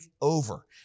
over